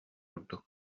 курдук